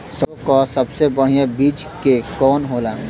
सरसों क सबसे बढ़िया बिज के कवन होला?